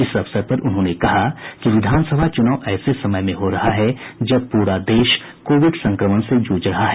इस अवसर पर उन्होंने कहा कि विधानसभा चूनाव ऐसे समय में हो रहा है जब पूरा देश कोविड संक्रमण से जूझ रहा है